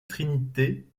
trinité